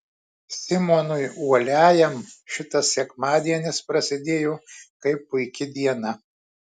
simonui uoliajam šitas sekmadienis prasidėjo kaip puiki diena